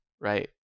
right